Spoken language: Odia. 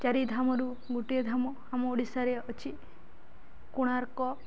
ଚାରିଧାମରୁ ଗୋଟିଏ ଧାମ ଆମ ଓଡ଼ିଶାରେ ଅଛି କୋଣାର୍କ